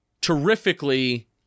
terrifically